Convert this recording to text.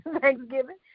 Thanksgiving